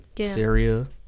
Syria